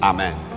Amen